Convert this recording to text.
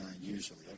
usually